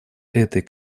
этой